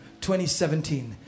2017